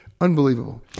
unbelievable